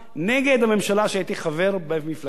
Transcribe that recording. נגד הממשלה שהייתי חבר במפלגתה,